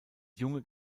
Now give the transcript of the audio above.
junge